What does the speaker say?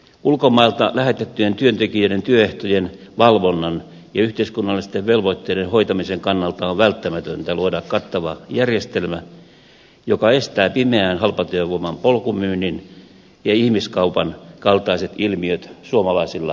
ulkomailta lähetettyjen työntekijöiden työehtojen valvonnan ja yhteiskunnallisten velvoitteiden hoitamisen kannalta on välttämätöntä luoda kattava järjestelmä joka estää pimeän halpatyövoiman polkumyynnin ja ihmiskaupan kaltaiset ilmiöt suomalaisilla työmarkkinoilla